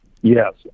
Yes